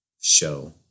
show